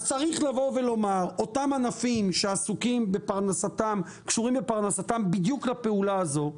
אז צריך לבוא ולומר: אותם ענפים שקשורים בפרנסתם בדיוק לפעולה הזו,